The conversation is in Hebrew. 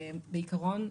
בעיקרון,